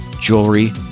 jewelry